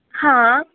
हां